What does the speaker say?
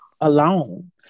alone